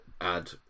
add